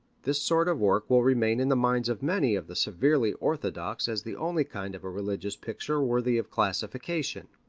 this sort of work will remain in the minds of many of the severely orthodox as the only kind of a religious picture worthy of classification.